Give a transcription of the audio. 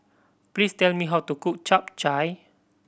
please tell me how to cook Chap Chai